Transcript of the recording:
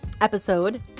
episode